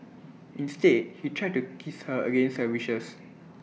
instead he tried to kiss her against her wishes